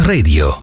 Radio